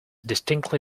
distinctly